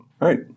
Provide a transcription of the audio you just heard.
right